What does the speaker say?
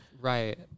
Right